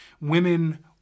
women